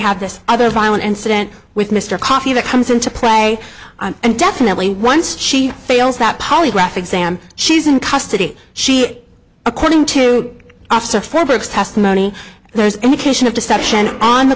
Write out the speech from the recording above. have this other violent incident with mr coffey that comes into play and definitely once she fails that polygraph exam she's in custody she according to after fabrics testimony there's indication of deception on the